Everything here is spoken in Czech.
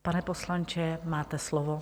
Pane poslanče, máte slovo.